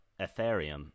Ethereum